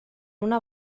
una